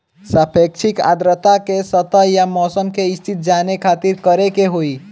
सापेक्षिक आद्रता के स्तर या मौसम के स्थिति जाने खातिर करे के होई?